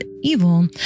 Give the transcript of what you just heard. evil